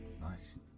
Nice